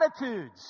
attitudes